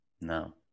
no